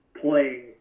playing